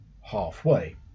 halfway